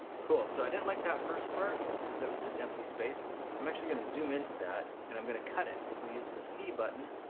cool, so i didn't like that first part because it was just empty space. so, i'm actually going to zoom into that and i'm going to cut it. if we use the c button,